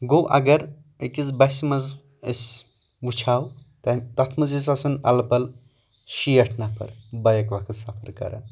گوٚو اَگر أکِس بَسہِ منٛز أسۍ وُچھو تَتھ منٛز ٲسۍ آسان اَلہٕ پل شیٹھ نفر بیَک وقت سَفر کران